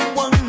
one